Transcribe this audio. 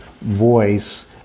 voice